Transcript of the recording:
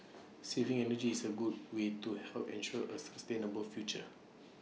saving energy is A good way to help ensure A sustainable future